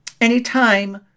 anytime